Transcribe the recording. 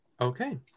Okay